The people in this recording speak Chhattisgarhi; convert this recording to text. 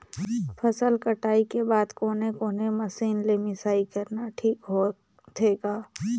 फसल कटाई के बाद कोने कोने मशीन ले मिसाई करना ठीक होथे ग?